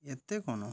ଏତେ କ'ଣ